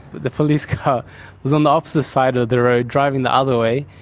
the police car was on the opposite side of the road, driving the other way,